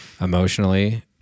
emotionally